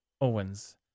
Owens